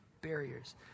barriers